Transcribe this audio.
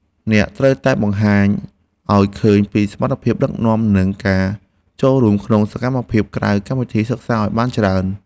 អ្នកត្រូវតែបង្ហាញឱ្យឃើញពីសមត្ថភាពដឹកនាំនិងការចូលរួមក្នុងសកម្មភាពក្រៅកម្មវិធីសិក្សាឱ្យបានច្រើន។